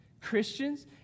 Christians